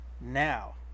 Now